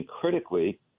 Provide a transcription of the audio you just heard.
critically